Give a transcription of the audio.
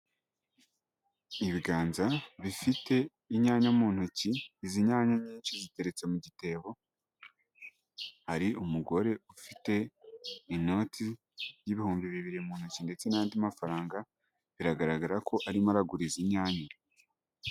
Ibiganza bifite inyanya mu ntoki, izi nyanya nyinshi ziteretse mu gitebo. Hari umugore ufite inoti y'ibihumbi bibiri mu ntoki ndetse n'andi mafaranga biragaragara ko arimo aragura izi nyanya.